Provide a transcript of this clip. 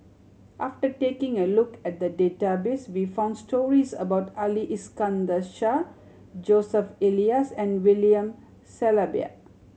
after taking a look at the database we found stories about Ali Iskandar Shah Joseph Elias and William Shellabear